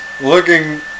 looking